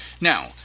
now